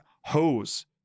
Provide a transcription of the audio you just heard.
hose